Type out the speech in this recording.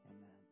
Amen